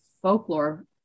Folklore